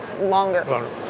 longer